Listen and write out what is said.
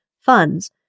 funds